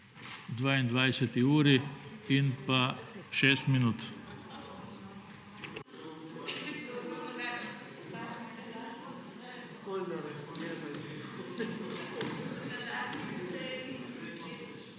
22. uri in pa 6 minut.